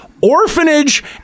Orphanage